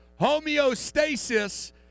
Homeostasis